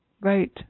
right